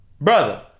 brother